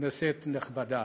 כנסת נכבדה,